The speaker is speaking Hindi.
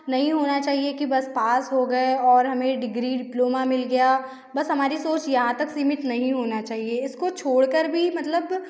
नहीं होना चाहिए कि बस पास हो गए और हमें डीग्री डिप्लोमा मिल गया बस हमारी सोंच यहाँ तक सीमित नहीं होना चाहिए इसको छोड़ कर भी मतलब